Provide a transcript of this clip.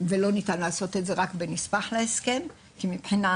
ולא ניתן לעשות את זה רק בנספח להסכם, כי מבחינה